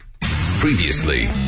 Previously